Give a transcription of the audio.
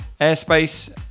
Airspace